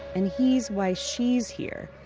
and he's why she's here,